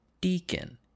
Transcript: deacon